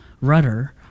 rudder